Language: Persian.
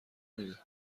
میده